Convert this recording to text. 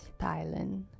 thailand